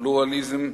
פלורליזם,